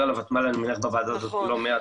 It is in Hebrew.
אני מניח שבקרוב נדבר על הוותמ"ל בוועדה הזאת לא מעט.